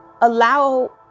allow